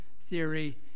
theory